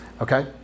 okay